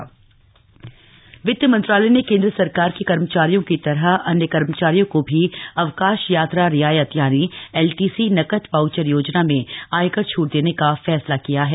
अवकाश यात्रा रियायत वित्त मंत्रालय ने केन्द्र सरकार के कर्मचारियों की तरह अन्य कर्मचारियों को भी अवकाश यात्रा रियायत एलटीसी नकद वाउचर योजना में यकर छ्ट देने का फैसला किया है